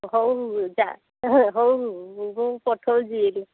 ହଉ ଯା ହଉ ହଉ ପଠଉଛି ଏଇଠି